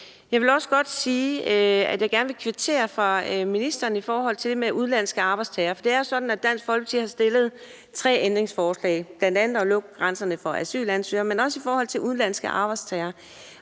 Jeg vil også godt sige, at jeg gerne vil kvittere over for ministeren i forhold til det med udenlandske arbejdstagere. For det er jo sådan, at Dansk Folkeparti har stillet tre ændringsforslag, bl.a. om at lukke grænserne for asylansøgere, men også i forhold til udenlandske arbejdstagere.